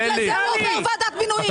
הכול, בגלל זה הוא עובר ועדת מינויים.